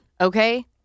Okay